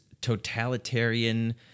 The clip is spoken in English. totalitarian